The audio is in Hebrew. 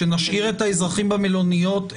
שנשאיר את האזרחים במלוניות -- חלילה.